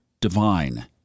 divine